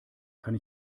kann